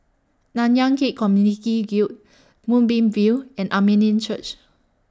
Nanyang Khek Community Guild Moonbeam View and Armenian Church